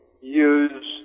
Use